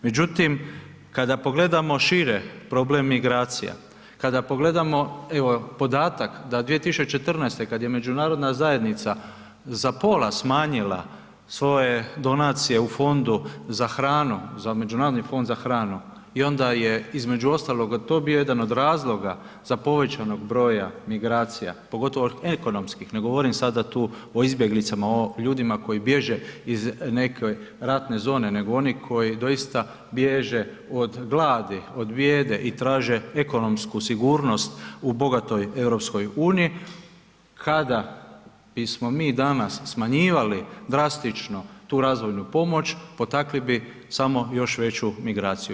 Međutim, kada pogledamo šire problem migracija, kada pogledamo evo podatak da 2014. kada je Međunarodna zajednica za pola smanjila svoje donacije u Fondu za hranu, za Međunarodni fond za hranu i onda je između ostalog to bio jedan od razloga za povećanog broja migracija, pogotovo ekonomskim, ne govorim sada tu o izbjeglicama, o ljudima koji bježe iz neke ratne zone nego oni koji doista bježe od gladi, od bijede i traže ekonomsku sigurnost u bogatoj EU kada bismo mi danas smanjivali drastično tu razvojnu pomoć potakli bi samo još veću migraciju.